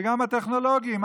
וגם הטכנולוגיים.